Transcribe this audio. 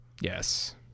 yes